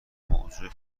موضوع